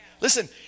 Listen